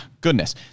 goodness